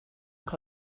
cael